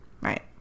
Right